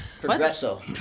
Progresso